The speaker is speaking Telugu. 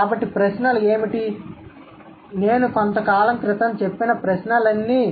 కాబట్టి ప్రశ్నలు ఏమిటి కాబట్టి నేను కొంతకాలం క్రితం చెప్పిన ప్రశ్నలన్నీ